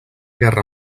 guerra